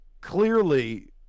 clearly